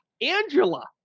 Angela